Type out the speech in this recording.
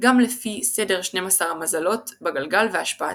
גם לפי סדר 12 המזלות בגלגל והשפעתם.